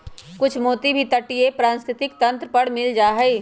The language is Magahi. कुछ मोती भी तटीय पारिस्थितिक तंत्र पर मिल जा हई